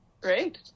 Great